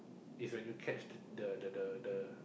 is when you catch the the the the